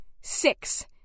six